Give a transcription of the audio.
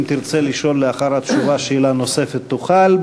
אם תרצה לשאול לאחר התשובה שאלה נוספת, תוכל.